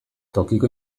tokiko